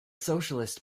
socialist